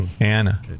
Anna